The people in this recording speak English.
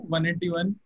181